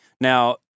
Now